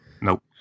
Nope